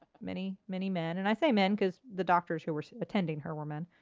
many, many men, and i say men cuz the doctors who were attending her were men,